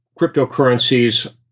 cryptocurrencies